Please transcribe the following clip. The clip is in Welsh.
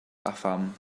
paham